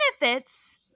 benefits